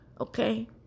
okay